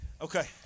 Okay